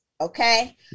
okay